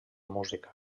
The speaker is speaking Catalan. música